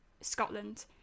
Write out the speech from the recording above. Scotland